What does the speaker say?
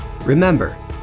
Remember